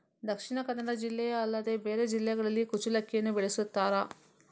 ದಕ್ಷಿಣ ಕನ್ನಡ ಜಿಲ್ಲೆ ಅಲ್ಲದೆ ಬೇರೆ ಜಿಲ್ಲೆಗಳಲ್ಲಿ ಕುಚ್ಚಲಕ್ಕಿಯನ್ನು ಬೆಳೆಸುತ್ತಾರಾ?